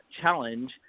Challenge